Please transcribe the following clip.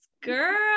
girl